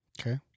Okay